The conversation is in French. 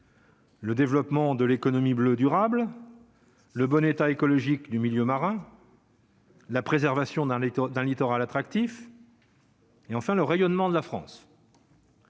Le développement de l'économie bleue durable le bon état écologique du milieu marin. La préservation d'un lecteur d'un littoral attractif. Et enfin, le rayonnement de la France.